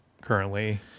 currently